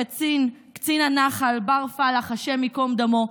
קצין הנח"ל בר פלח, השם ייקום דמו.